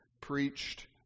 preached